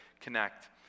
connect